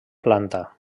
planta